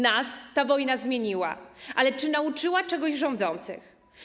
Nas ta wojna zmieniła, ale czy nauczyła czegoś rządzących?